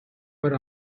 but